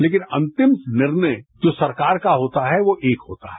लेकिन अंतिम निर्णय जो सरकार का होता है वो एक होता है